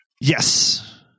Yes